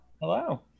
Hello